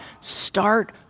start